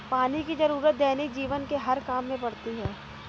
पानी की जरुरत दैनिक जीवन के हर काम में पड़ती है